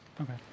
Okay